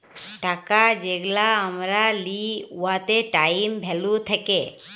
টাকা যেগলা আমরা লিই উয়াতে টাইম ভ্যালু থ্যাকে